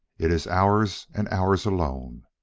it is ours and ours alone.